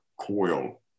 coil